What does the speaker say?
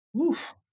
Oof